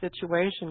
situation